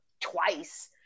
twice